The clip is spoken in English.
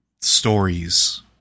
stories